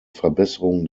verbesserung